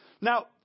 Now